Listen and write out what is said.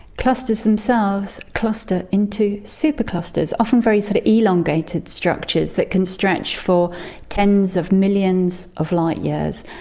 clusters themselves cluster into superclusters, often very sort of elongated structures that can stretch for tens of millions of light years.